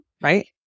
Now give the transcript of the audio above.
right